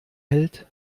hält